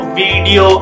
video